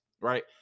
Right